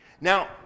Now